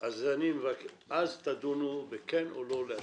אז תדונו בכן או לא להשאיר.